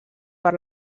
per